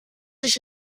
ich